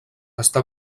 està